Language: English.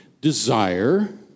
desire